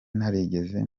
narigeze